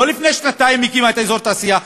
לא לפני שנתיים הקימה את אזור התעשייה,